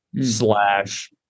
slash